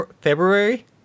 February